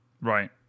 Right